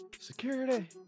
security